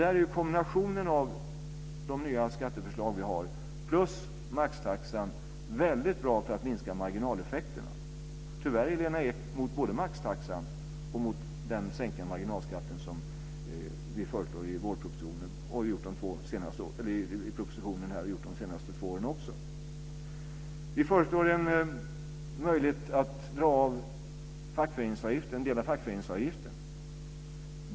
Här är kombinationen av de nya skatteförslag vi har samt maxtaxan mycket bra för att minska marginaleffekterna. Tyvärr är Lena Ek emot både maxtaxan och den sänkta marginalskatt som vi föreslår i propositionen, liksom vi gjort de två senaste åren också.